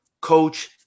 coach